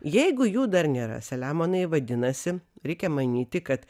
jeigu jų dar nėra selemonai vadinasi reikia manyti kad